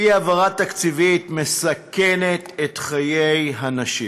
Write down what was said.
אי-העברה תקציבית מסכנת את חיי הנשים.